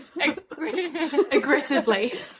aggressively